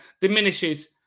Diminishes